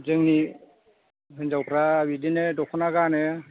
जोंनि हिन्जावफोरा बिदिनो दखना गानो